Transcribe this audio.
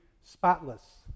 spotless